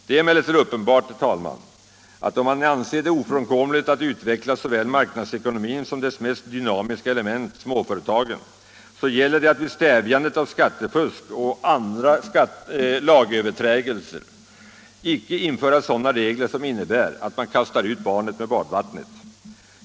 Det är emellertid uppenbart, herr talman, att om man anser det ofrånkomligt att utveckla såväl marknadsekonomin som dess mest dynamiska element — småföretagen — så gäller det att vid stävjandet av skattefusk och andra lagöverträdelser icke införa sådana regler som innebär att man kastar ut barnet med badvattnet.